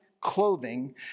clothing